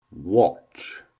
Watch